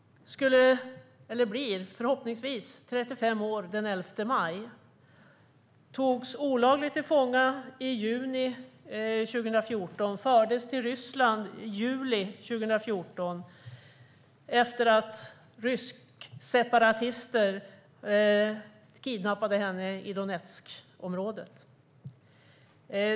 Hon blir, förhoppningsvis, 35 år den 11 maj. Hon togs olagligt till fånga i juni 2014 och fördes till Ryssland i juli 2014 efter att ryskseparatister kidnappat henne i Donetskområdet.